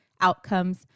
outcomes